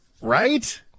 Right